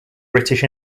british